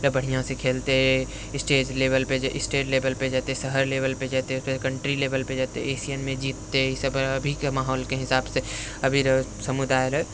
बढ़िआँसँ खेलतै स्टेट लेवलपर स्टेट लेवलपर जेतै शहर लेवलपर जेतै कन्ट्री लेवलपर जेतै एशियनमे जीततै अभीके माहौलके हिसाबसँ अभी समुदाय लेल